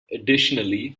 additionally